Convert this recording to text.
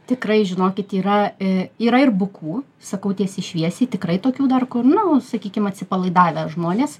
tikrai žinokit yra a yra ir bukų sakau tiesiai šviesiai tikrai tokių dar kur nu sakykim atsipalaidavę žmonės